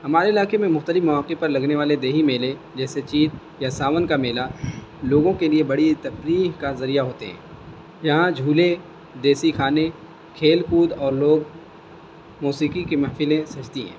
ہمارے علاقے میں مختلف مواقع پر لگنے والے دیہی میلے جیسے چیت یا ساون کا میلہ لوگوں کے لیے بڑی تفریح کا ذریعہ ہوتے ہیں یہاں جھولے دیسی کھانے کھیل کود اور لوگ موسیقی کی محفلیں سجتی ہیں